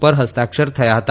પર હસ્તાક્ષર થથા હતા